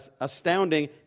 astounding